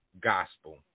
gospel